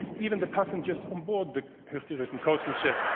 even the passengers on board the hurtigruten coastal ship